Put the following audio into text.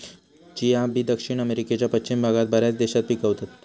chia बी दक्षिण अमेरिकेच्या पश्चिम भागात बऱ्याच देशात पिकवतत